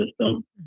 system